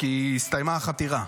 אין לי מה לחתור, כי הסתיימה החתירה.